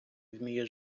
вміє